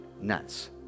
nuts